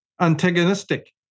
antagonistic